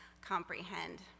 comprehend